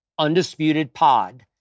UndisputedPod